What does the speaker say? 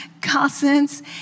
cousins